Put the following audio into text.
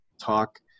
talk